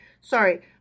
Sorry